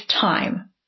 time